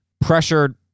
pressured